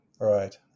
Right